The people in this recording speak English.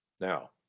Now